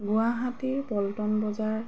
গুৱাহাটীৰ পল্টন বজাৰ